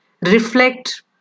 Reflect